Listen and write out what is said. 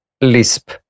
Lisp